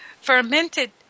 Fermented